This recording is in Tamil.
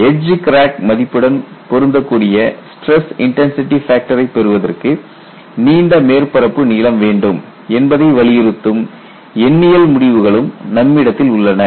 எட்ஜ் கிராக் மதிப்புடன் பொருந்தக்கூடிய ஸ்டிரஸ் இன்டன்சிடி ஃபேக்டரை பெறுவதற்கு நீண்ட மேற்பரப்பு நீளம் வேண்டும் என்பதை வலியுறுத்தும் எண்ணியல் முடிவுகளும் நம்மிடத்தில் உள்ளன